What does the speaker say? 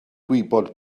gwybod